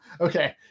okay